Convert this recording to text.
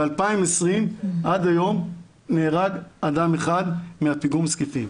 ב-2020 עד היום נהרג אחד אחד מפיגום זקיפים.